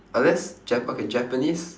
unless jap~ okay japanese